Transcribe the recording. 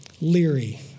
leery